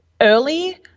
early